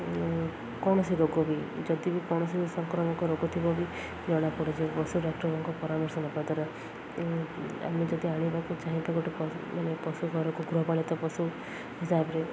କୌଣସି ରୋଗ ବି ଯଦି ବି କୌଣସି ସଂକ୍ରମକ ରୋଗ ଥିବ ବି ଜଣା ପଡ଼ୁଛି ପଶୁ ଡ଼ାକ୍ଟରଙ୍କ ପରାମର୍ଶ ନେବା ଦ୍ୱାରା ଆମେ ଯଦି ଆଣିବାକୁ ଚାହିଁ ତ ଗୋଟେ ମାନେ ପଶୁ ଘରକୁ ଗୃହପାଳିତ ପଶୁ ହିସାବରେ